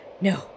no